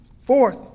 Fourth